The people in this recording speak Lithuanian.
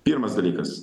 pirmas dalykas